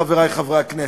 חברי חברי הכנסת,